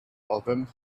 album